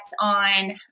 on